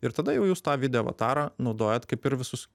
ir tada jau jūs tą video avatarą naudojat kaip ir visus